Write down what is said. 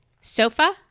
sofa